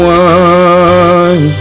one